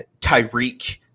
Tyreek